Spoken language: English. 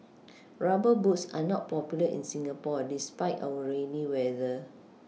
rubber boots are not popular in Singapore despite our rainy weather